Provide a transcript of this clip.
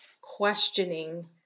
questioning